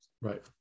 right